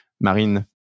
Marine